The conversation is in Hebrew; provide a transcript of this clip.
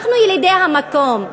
אנחנו ילידי המקום.